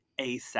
ASAP